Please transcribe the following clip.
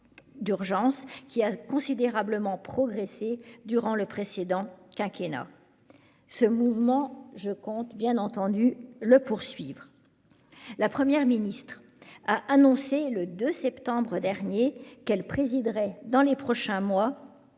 nombre de places d'hébergement d'urgence durant le précédent quinquennat. Ce mouvement, je compte bien entendu le poursuivre. La Première ministre a annoncé le 2 septembre dernier qu'elle présiderait dans les prochains mois